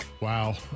Wow